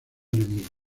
enemigo